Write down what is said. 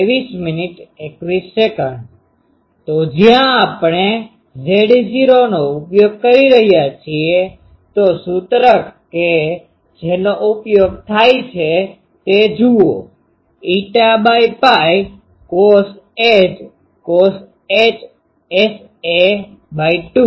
તો જ્યાં આપણે Z0 નો ઉપયોગ કરી રહ્યા છીએ તો સૂત્ર કે જેનો ઉપયોગ થાય છે તે જુઓ cosh S2 a ઇટા ભાગ્યા પાય કોસ હાયપરબોલિક S 2 ગુણ્યા a